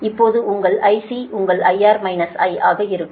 இப்போது உங்கள் IC உங்கள் IR I ஆக இருக்கும்